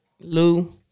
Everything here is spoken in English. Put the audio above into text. Lou